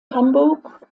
hamburg